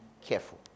careful